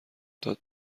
داد